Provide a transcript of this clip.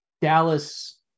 Dallas